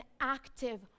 active